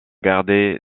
garder